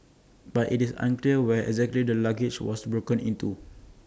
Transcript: but it's unclear where exactly the luggage was broken into